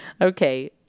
Okay